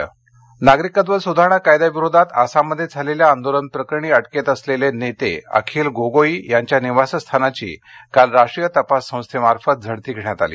NIA छापे नागरिकत्व सुधारणा कायद्याविरोधात आसाममध्ये झालेल्या आंदोलनाप्रकरणी अटकेत असलेले नेते अखिल गोगोई यांच्या निवासस्थानाची काल राष्ट्रीय तपास संस्थेमार्फत झडती घेण्यात आली